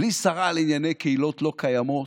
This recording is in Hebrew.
בלי שרה לענייני קהילות לא קיימות,